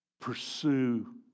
Pursue